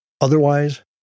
Otherwise